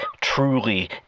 truly